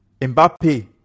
Mbappe